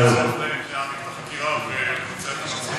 לא עלינו,